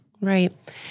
Right